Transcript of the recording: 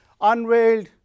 unveiled